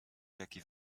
taki